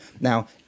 Now